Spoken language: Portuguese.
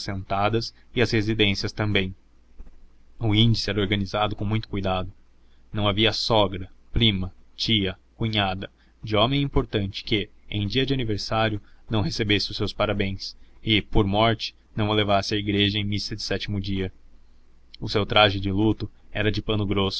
e as residências também o índice era organizado com muito cuidado não havia sogra prima tia cunhada de homem importante que em dia de aniversário não recebesse os seus parabéns e por morte não o levasse à igreja em missa de sétimo dia o seu traje de luto era de pano grosso